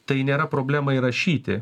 tai nėra problema įrašyti